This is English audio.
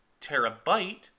Terabyte